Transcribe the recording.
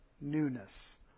newness